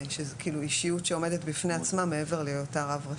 שזה כאילו אישיות שעומדת בפני עצמה מעבר להיותה רב ראשי לשעבר.